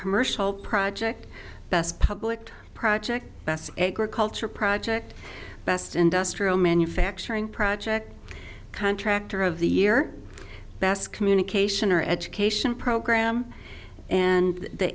commercial project best public project best culture project best industrial manufacturing project contractor of the year best communication or education program and the